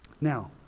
now